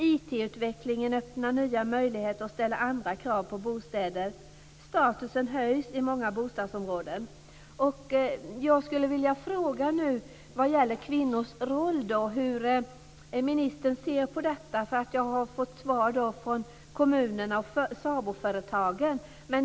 IT-utvecklingen öppnar nya möjligheter och ställer andra krav på bostäder. Statusen höjs i många bostadsområden. Jag skulle vilja fråga hur ministern ser på frågan om kvinnors roll. Jag har fått svar från kommunerna och SABO-företagen.